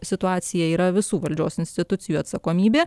situacija yra visų valdžios institucijų atsakomybė